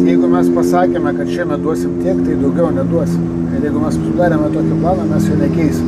jeigu mes pasakėme kad šiemet duosim tiek tai daugiau neduosim ir jeigu mes uždarėme tokį planą mes jo nekeisim